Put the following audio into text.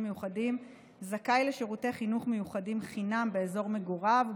מיוחדים זכאי לשירותי חינוך מיוחדים חינם באזור מגוריו,